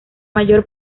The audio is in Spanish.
mayor